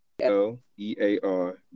L-E-A-R